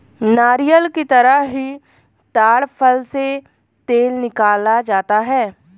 नारियल की तरह ही ताङ फल से तेल निकाला जाता है